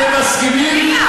אתם מסכימים?